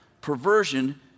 Perversion